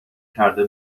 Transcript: کرده